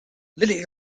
lily